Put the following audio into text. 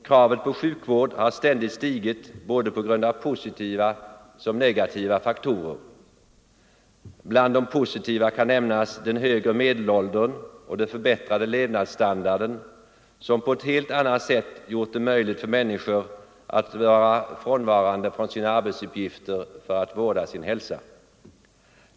Kravet på sjukvård har ständigt stigit på grund av både positiva och negativa faktorer. Bland de positiva kan nämnas den högre medelåldern och den förbättrade levnadsstandarden som gjort det möjligt för människor att på ett helt annat sätt vara frånvarande från sina arbetsuppgifter för att vårda sin hälsa.